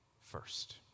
first